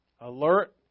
Alert